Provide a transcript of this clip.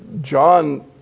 John